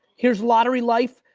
here's lottery life,